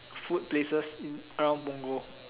food places in around Punggol